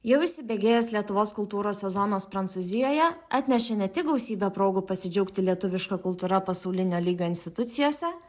jau įsibėgėjęs lietuvos kultūros sezonas prancūzijoje atnešė ne tik gausybę progų pasidžiaugti lietuviška kultūra pasaulinio lygio institucijose